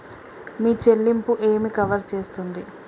మీ చెల్లింపు ఏమి కవర్ చేస్తుంది?